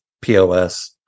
POS